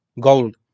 gold